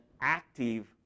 active